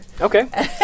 Okay